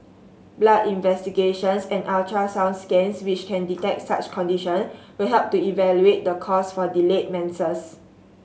blood investigations and ultrasound scans which can detect such conditions will help to evaluate the cause for delayed menses